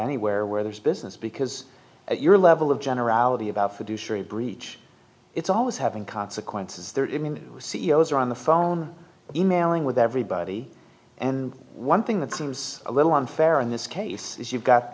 anywhere where there's business because your level of generality about fiduciary breach it's always having consequences there in the c e o s or on the phone e mailing with everybody and one thing that seems a little unfair in this case is you've got